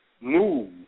move